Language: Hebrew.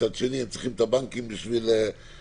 מצד שני הם צריכים את הבנקים בשביל להתנהל.